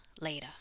Later